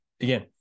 again